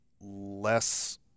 less